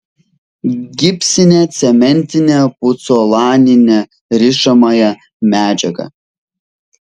gipsinę cementinę pucolaninę rišamąją medžiagą